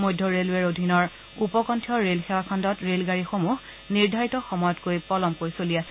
মধ্য ৰেলৱেৰ অধীনৰ উপকষ্ঠীয় ৰেল সেৱা খণ্ডত ৰেলগাড়ীসমূহ নিৰ্ধাৰিত সময়তকৈ পলমকৈ চলি আছে